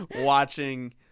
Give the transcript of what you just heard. watching